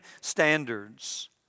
standards